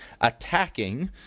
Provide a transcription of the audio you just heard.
attacking